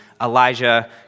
Elijah